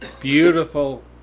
beautiful